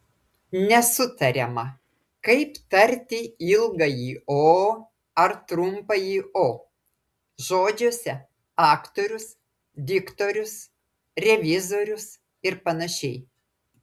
nesutariama kaip tarti ilgąjį o ar trumpąjį o žodžiuose aktorius diktorius revizorius ir panašiai